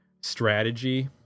strategy